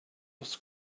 was